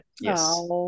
yes